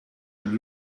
een